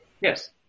Yes